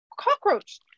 cockroach